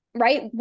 Right